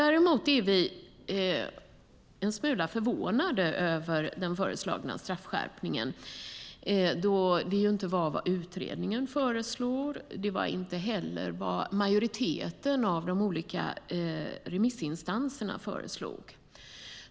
Däremot är vi en smula förvånade över den föreslagna straffskärpningen då det inte var vad utredningen föreslår och inte heller vad majoriteten av de olika remissinstanserna föreslog.